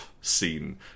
scene